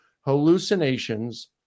hallucinations